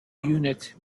unit